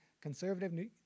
conservative